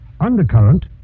Undercurrent